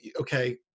okay